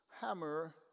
hammer